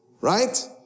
Right